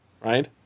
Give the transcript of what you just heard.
right